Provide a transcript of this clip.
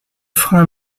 frein